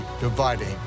dividing